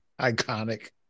iconic